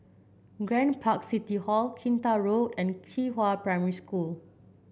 Grand Park City Hall Kinta Road and Qihua Primary School